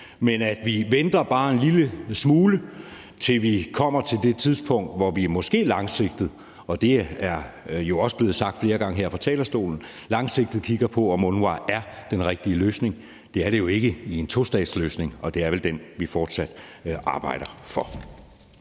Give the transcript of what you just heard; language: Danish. men at vi venter bare en lille smule, til vi kommer til det tidspunkt, hvor vi måske langsigtet – og det er jo også blevet sagt flere gange her fra talerstolen – kigger på, om UNRWA er den rigtige løsning. Det er det jo ikke i en tostatsløsning, og det er vel den, vi fortsat arbejder for.